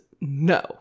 no